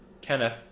Kenneth